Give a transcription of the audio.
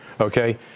Okay